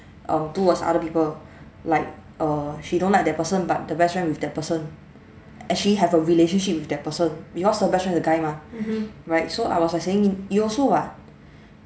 uh towards other people like err she don't like that person but the best friend with that person actually have a relationship with that person because her best friend the guy mah right so I was like saying you also [what]